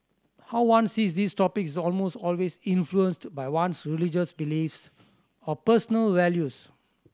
how one sees these topics is almost always influenced by one's religious beliefs or personal values